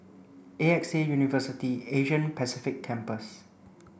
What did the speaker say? A X A University Asia Pacific Campus